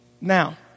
now